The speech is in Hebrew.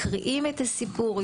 מקריאים את הסיפור,